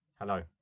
Hello